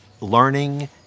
learning